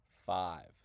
five